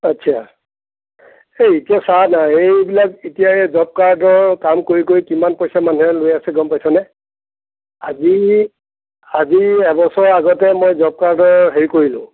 আচ্ছা সেই এতিয়া চা না এইবিলাক এতিয়া এই জবকাৰ্ডৰ কাম কৰি কৰি কিমান পইচা মানুহে লৈ আছে গম পাইছনে আজি আজি এবছৰ আগতে মই জবকাৰ্ডৰ হেৰি কৰিলোঁ